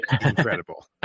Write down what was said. incredible